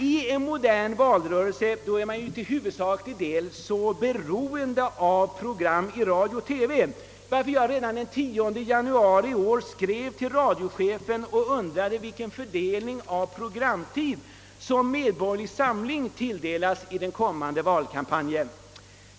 I en modern valrörelse är man emellertid till huvudsaklig del beroende av program i radio och TV, varför jag redan den 10 januari i år skrev till radiochefen och undrade vilken programtid som Medborgerlig Samling tilldelats i den kommande valkampanjen.